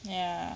ya